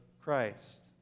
Christ